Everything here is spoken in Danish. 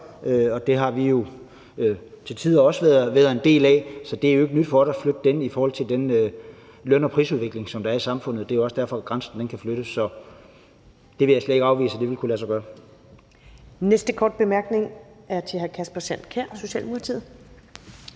og det har vi til tider også været en del af. Så det er jo ikke nyt for os at flytte den i forhold til den løn- og prisudvikling, der er i samfundet. Det er også derfor, at grænsen kan flyttes. Så det vil jeg slet ikke afvise vil kunne lade sig gøre. Kl. 11:26 Første næstformand (Karen